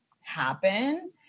happen